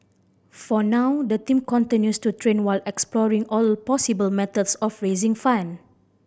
for now the team continues to train while exploring all possible methods of raising fund